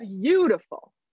Beautiful